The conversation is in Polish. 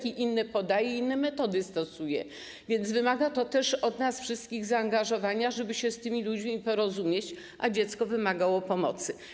Podaje inne leki, stosuje inne metody, więc wymaga to też od nas wszystkich zaangażowania, żeby się z tymi ludźmi porozumieć, a dziecko wymagało pomocy.